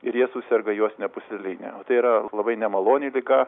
ir jie suserga juostine pūsleline o tai yra labai nemaloni liga